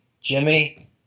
Jimmy